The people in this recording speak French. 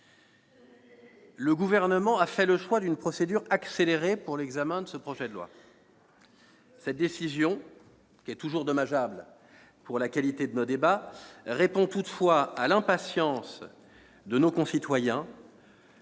Le Gouvernement a fait le choix d'une procédure accélérée pour l'examen de ce projet. Cette décision, toujours dommageable pour la qualité de nos débats, répond à l'impatience de nos concitoyens